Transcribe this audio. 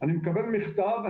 אני מקבל מכתב,